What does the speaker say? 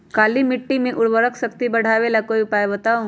काली मिट्टी में उर्वरक शक्ति बढ़ावे ला कोई उपाय बताउ?